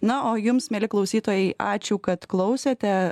na o jums mieli klausytojai ačiū kad klausėte